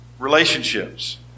relationships